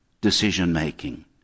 decision-making